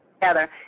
together